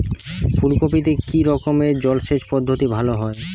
ফুলকপিতে কি রকমের জলসেচ পদ্ধতি ভালো হয়?